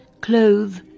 clothe